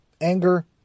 anger